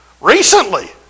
Recently